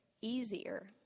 easier